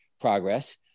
progress